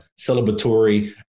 celebratory